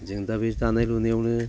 जों दा बे दानाय लुनायावनो